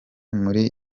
muri